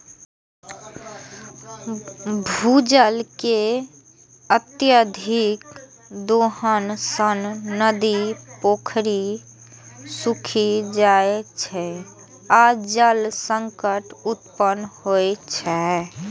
भूजल के अत्यधिक दोहन सं नदी, पोखरि सूखि जाइ छै आ जल संकट उत्पन्न होइ छै